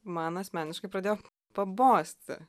man asmeniškai pradėjo pabosti